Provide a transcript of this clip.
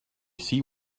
see